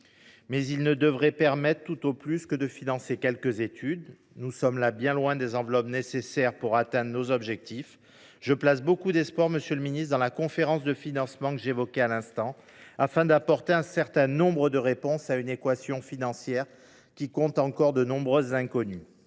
mais ils ne devraient permettre tout au plus que de financer quelques études. Nous sommes là bien loin des enveloppes nécessaires pour atteindre nos objectifs. Je place beaucoup d’espoir, monsieur le ministre, dans la conférence de financement que je viens d’évoquer ; je souhaite qu’elle apporte un certain nombre de réponses à une équation financière qui comporte encore de nombreuses inconnues.